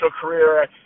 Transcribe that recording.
career